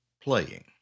playing